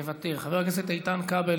מוותר, חבר הכנסת איתן כבל,